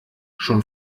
schon